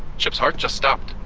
chip's heart just stopped!